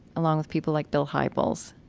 along with people like bill hybels.